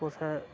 कुसै